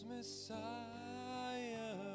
Messiah